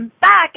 back